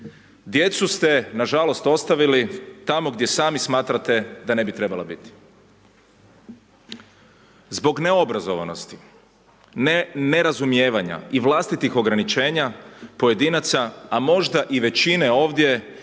djecu ste nažalost ostavili tamo gdje sami smatrate da ne bi trebala biti. Zbog neobrazovanosti, nerazumijevanja i vlastitih ograničenja pojedinaca a možda i većine ovdje